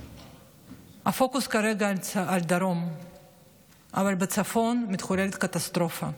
הפוקוס כרגע הוא על הדרום אבל בצפון מתחוללת קטסטרופה.